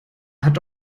hat